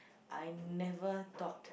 I never thought